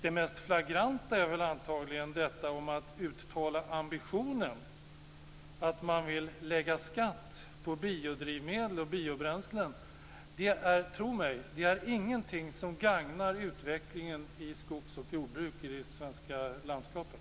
Det mest flagranta är antagligen den uttalade ambitionen att lägga skatt på biodrivmedel och biobränslen. Tro mig! Det är inget som gagnar utvecklingen av skogs och jordbruk i det svenska landskapet.